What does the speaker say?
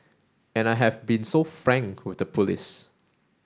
and I have been so frank with the police